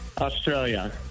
Australia